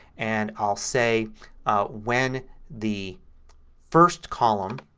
and i'll say when the first column,